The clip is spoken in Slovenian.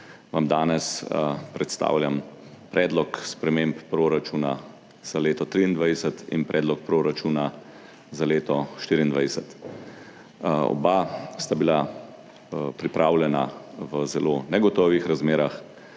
vam danes predstavljam Predlog sprememb proračuna za leto 2023 in Predlog proračuna za leto 2024. Oba sta bila pripravljena v zelo negotovih razmerah,